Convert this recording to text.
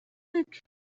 think